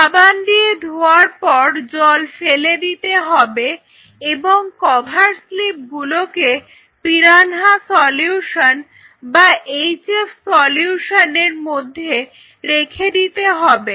সাবান দিয়ে ধোয়ার পর জল ফেলে দিতে হবে এবং কভার স্লিপ গুলোকে পিরানহা বা HF সলিউশন এর মধ্যে রেখে দিতে হবে